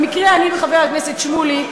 במקרה אני וחבר הכנסת שמולי,